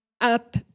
up